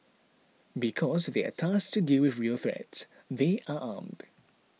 because they are tasked to deal with real threats they are armed